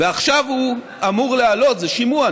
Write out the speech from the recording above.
ועכשיו הוא אמור לעלות ב-6% זה שימוע,